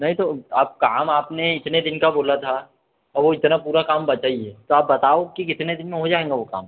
नहीं तो अब काम आपने इतने दिन का बोला था और वो इतना पूरा काम बचा ही है तो आप बताओ कि कितने दिन में हो जाएगा वो काम